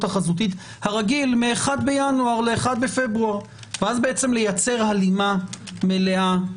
החזותית הרגיל מ-1 בינואר ל-1 בפברואר ואז לייצר הלימה מלאה.